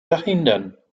verhindern